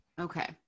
okay